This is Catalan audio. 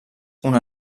una